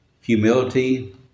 Humility